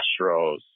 Astros